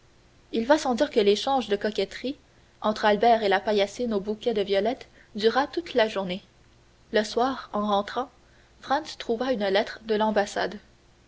il va sans dire que l'échange de coquetteries entre albert et la paillassine aux bouquets de violettes dura toute la journée le soir en rentrant franz trouva une lettre de l'ambassade